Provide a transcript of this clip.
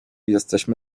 jesteśmy